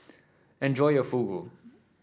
enjoy your Fugu